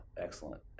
excellent